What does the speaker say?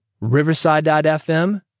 Riverside.fm